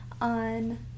on